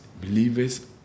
believers